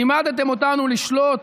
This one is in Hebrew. לימדתם אותנו לשלוט,